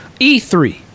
E3